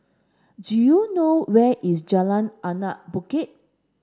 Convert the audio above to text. do you know where is Jalan Anak Bukit